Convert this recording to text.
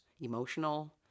emotional